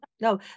no